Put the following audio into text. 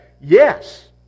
yes